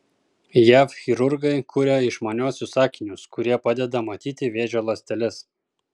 jav chirurgai kuria išmaniuosius akinius kurie padeda matyti vėžio ląsteles